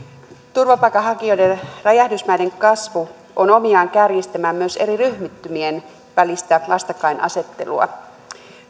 turvapaikanhakijoiden räjähdysmäinen kasvu on omiaan kärjistämään myös eri ryhmittymien välistä vastakkainasettelua